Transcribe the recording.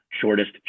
shortest